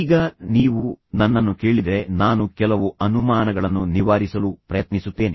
ಈಗ ನೀವು ನನ್ನನ್ನು ಕೇಳಿದರೆ ನಾನು ಕೆಲವು ಅನುಮಾನಗಳನ್ನು ನಿವಾರಿಸಲು ಪ್ರಯತ್ನಿಸುತ್ತೇನೆ